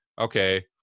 Okay